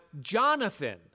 Jonathan